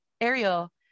Ariel